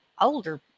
older